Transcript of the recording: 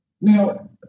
Now